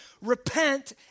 Repent